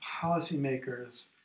policymakers